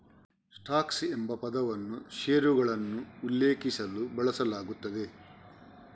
stocks ಎಂಬ ಪದವನ್ನು ಷೇರುಗಳನ್ನು ಉಲ್ಲೇಖಿಸಲು ಬಳಸಲಾಗುತ್ತದೆ